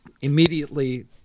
immediately